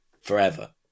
forever